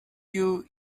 you